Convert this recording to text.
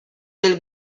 del